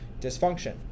dysfunction